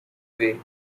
weight